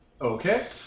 Okay